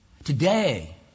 Today